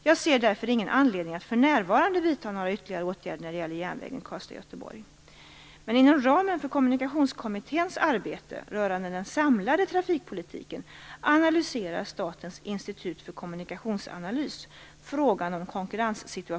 Jag ser därför ingen anledning att för närvarande vidta några ytterligare åtgärder när det gäller järnvägen Karlstad-Göteborg.